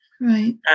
Right